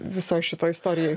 visoj šitoj istorijoj